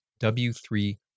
W3